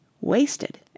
wasted